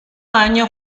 año